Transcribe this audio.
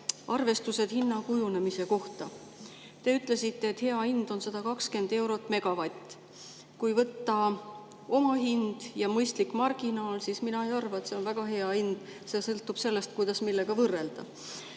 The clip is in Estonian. arvestused hinna kujunemise kohta. Te ütlesite, et hea hind on 120 eurot megavati eest. Kui võtta omahind ja mõistlik marginaal, siis mina ei arva, et see on väga hea hind. Sõltub sellest, millega võrrelda. Aga